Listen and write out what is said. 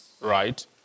Right